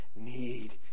need